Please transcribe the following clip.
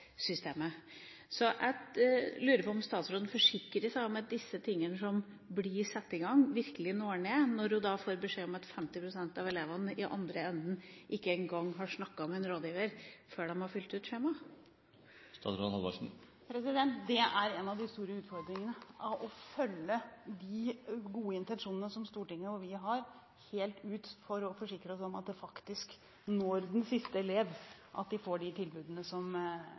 systemet. Så jeg lurer på om statsråden forsikrer seg om at disse tingene som blir satt i gang, virkelig når ned, når hun da får beskjed om at 50 pst. av elevene i andre enden ikke en gang har snakket med en rådgiver før de har fylt ut skjemaet. Det er en av de store utfordringene, å følge de gode intensjonene som Stortinget og vi har, helt ut for å forsikre oss om at de faktisk når den siste elev – at de får de tilbudene som